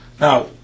Now